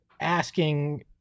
asking